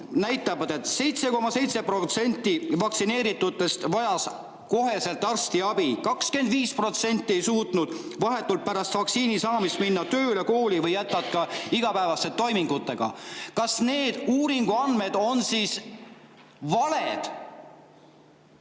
näitab, et 7,7% vaktsineeritutest vajas koheselt arstiabi, 25% ei suutnud vahetult pärast vaktsiini saamist minna tööle, kooli või jätkata igapäevaste toimingutega. Kas need uuringuandmed on siis valed?